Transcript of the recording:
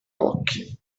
occhi